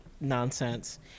nonsense